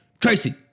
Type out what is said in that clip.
Tracy